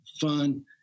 fun